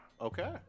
Okay